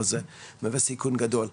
זה באמת סיכון גדול.